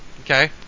Okay